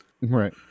Right